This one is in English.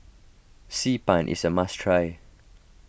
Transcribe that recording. Xi Ban is a must try